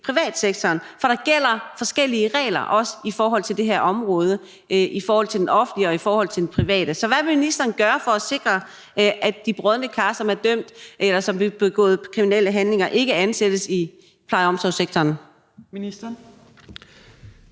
privatsektoren. For der gælder forskellige regler, også på det her område, for det offentlige og for det private. Så hvad vil ministeren gøre for at sikre, at de brodne kar, som er dømt, eller som vil begå kriminelle handlinger, ikke ansættes i pleje- og omsorgssektoren? Kl.